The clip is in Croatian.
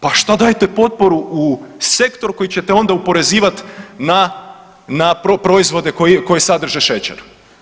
Pa šta dajete potporu u sektor koji ćete onda oporezivat na proizvode koje sadrže šećer?